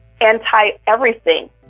anti-everything